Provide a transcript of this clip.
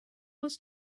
was